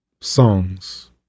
Songs